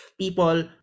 people